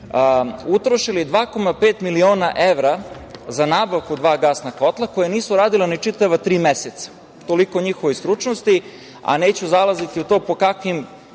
utrošili su 2,5 miliona evra za nabavku dva gasna kotla koja nisu radila ni čitava tri meseca. Toliko o njihovoj stručnosti, a neću zalaziti u to po kakvim